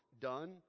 done